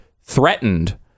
threatened